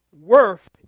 worth